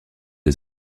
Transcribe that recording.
des